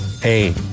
Hey